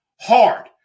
hard